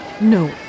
No